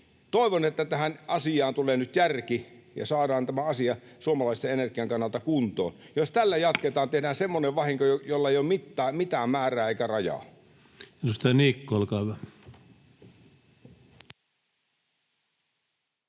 Toivon, että tähän asiaan tulee nyt järki ja saadaan tämä asia suomalaisten energian kannalta kuntoon. Jos tällä jatketaan, tehdään semmoinen vahinko, jolla ei ole mitään määrää eikä rajaa. [Perussuomalaisten